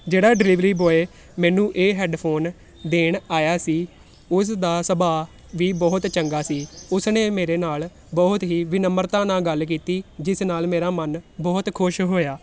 ਜਿਹੜਾ delivery boy ਮੈਨੂੰ ਇਹ ਹੈਡਫੋਨ ਦੇਣ ਆਇਆ ਸੀ ਉਸ ਦਾ ਸੁਭਾਅ ਵੀ ਬਹੁਤ ਚੰਗਾ ਸੀ ਉਸ ਨੇ ਮੇਰੇ ਨਾਲ ਬਹੁਤ ਹੀ ਵਿਨਮਰਤਾ ਨਾਲ ਗੱਲ ਕੀਤੀ ਜਿਸ ਨਾਲ ਮੇਰਾ ਮਨ ਬਹੁਤ ਖੁਸ਼ ਹੋਇਆ